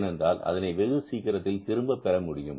ஏனென்றால் அதனை வெகு சீக்கிரத்தில் திரும்ப பெற முடியும்